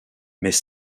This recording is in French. mais